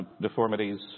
deformities